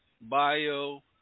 bio